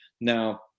Now